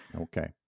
Okay